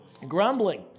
Grumbling